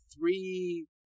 three